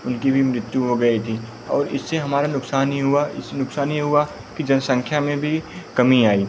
उनकी भी मृत्यु हो गई थी और इससे हमारा नुक़सान ही हुआ इस नुक़सान यह हुआ कि जनसंख्या में भी कमी आई